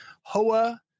hoa